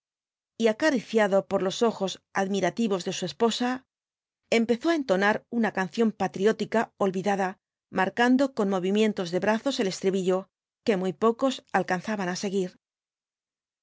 y acariciado por los ojos admirativos de su esposa empezó á entonar una canción patriótica olvidada marcando con movimientos de brazos el estribillo que muy pocos alcanzaban á seguir